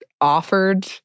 offered